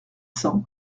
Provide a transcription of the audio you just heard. cents